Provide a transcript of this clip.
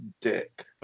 dick